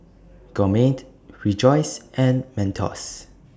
Gourmet Rejoice and Mentos